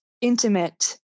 intimate